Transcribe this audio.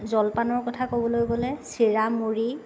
জলপানৰ কথা ক'বলৈ গ'লে চিৰা মূড়ি